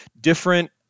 different